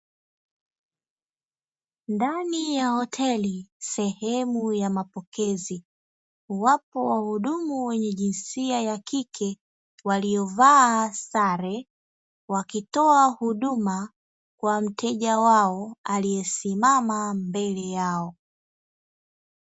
Ndani ya hoteli sehemu ya mapokezi wapo wahudumu wenye jinsia ya kike waliovaa sare wakitoa huduma kwa mteja wao aliyesimama mbele yao.